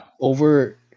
over